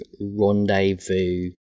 rendezvous